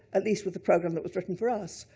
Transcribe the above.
at least with the program that was written for us,